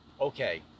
okay